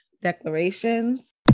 declarations